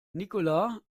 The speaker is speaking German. nicola